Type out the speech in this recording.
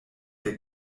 der